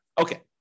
Okay